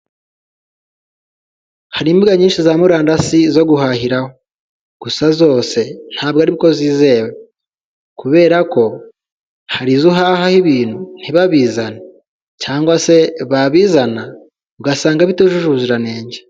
Hari imbuga nyinshi za murandasi zo guhahira gusa zose ntabwo aribwo zizewe, kubera ko hari izo uhahaho ibintu ntibabizane, cyangwa se babizana ugasanga bitujuje ubuzirantenge.